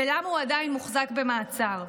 ולמה הוא עדיין מוחזק במעצר.